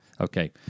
Okay